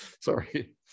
Sorry